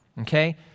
Okay